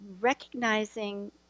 recognizing